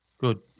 Good